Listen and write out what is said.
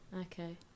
Okay